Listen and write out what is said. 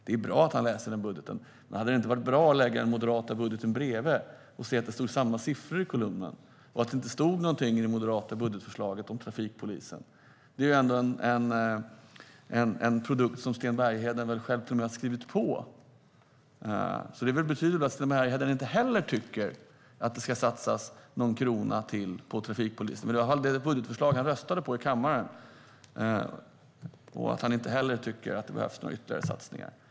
Det är bra att han läser den budgeten, men hade det inte varit bra att lägga den moderata budgeten bredvid och se att det är samma siffror i kolumnerna och att det inte står någonting i det moderata budgetförslaget om trafikpolisen? Det är ändå en produkt som Sten Bergheden själv kommer att ha skrivit under. Det betyder väl att Sten Bergheden inte heller tycker att det ska satsas någon krona till på trafikpoliserna. Det var i alla fall det budgetförslaget han röstade på i kammaren. Han verkar inte tycka att det behövs ytterligare satsningar.